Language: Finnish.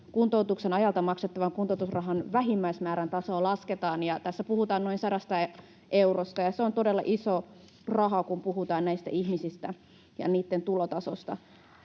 kuntoutuksen ajalta maksettavan kuntoutusrahan vähimmäismäärän tasoa lasketaan. Tässä puhutaan noin 100 eurosta, ja se on todella iso raha, kun puhutaan näistä ihmisistä ja heidän tulotasostaan.